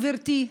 גברתי,